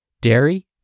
dairy